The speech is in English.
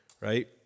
Right